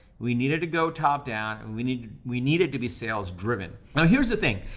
we needed to go top down and we need, we needed to be sales driven. now here's the thing,